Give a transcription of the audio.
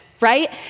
right